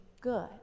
good